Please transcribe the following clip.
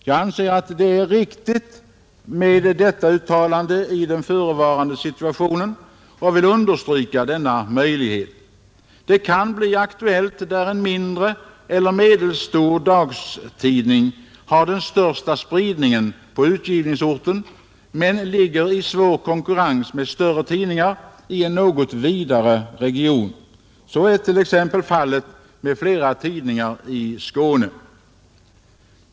Jag anser att det är riktigt att göra ett sådant uttalande i förevarande situation, och jag vill understryka denna möjlighet. Det kan bli aktuellt där en mindre eller medelstor dagstidning har den största spridningen på utgivningsorten men ligger i svår konkurrens med större tidningar i en något vidare region. Så är t.ex. fallet med flera tidningar i Skåne.